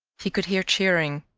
he could hear cheering.